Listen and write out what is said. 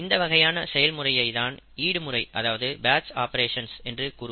இந்த வகையான செயல்முறையை தான் ஈடுமுறை அதாவது பேட்ச் ஆப்பரேஷன்ஸ் என்று கூறுவர்